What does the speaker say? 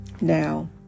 Now